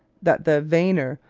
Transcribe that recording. that the vanner,